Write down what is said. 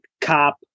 cop